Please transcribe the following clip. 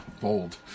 Bold